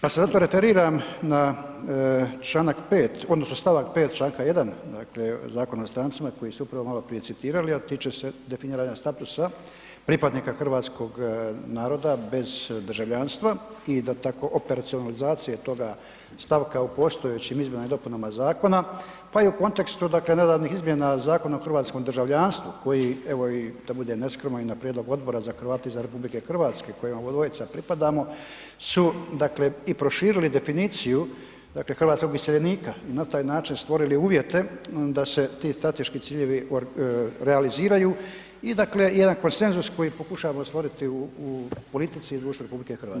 Pa se zato referiram na čl. 5. odnosno st. 5. čl. 1., dakle Zakona o strancima koji ste upravo maloprije citirali, a tiče se definiranja statusa pripadnika hrvatskog naroda bez državljanstva i da tako operacionalizacije toga stavka u postojećim izmjenama i dopunama zakona, pa i u kontekstu, dakle nedavnih izmjena Zakona o hrvatskom državljanstvu koji evo i da budem neskroman i na prijedlog Odbora za Hrvate izvan RH kojima obodvojica pripadamo su, dakle i proširili definiciju, dakle hrvatskog iseljenika i na taj način stvorili uvjete da se ti strateški ciljevi realiziraju i, dakle jedan koncensus koji pokušavamo stvoriti u, u politici i društvu RH.